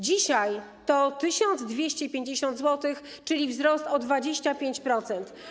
Dzisiaj to jest 1250 zł, czyli wzrost o 25%.